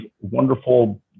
wonderful